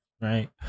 Right